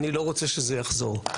אני לא רוצה שזה יחזור.